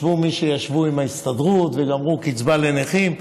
ישבו מי שישבו עם ההסתדרות וגמרו קצבה לנכים,